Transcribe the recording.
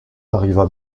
arriva